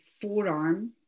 forearm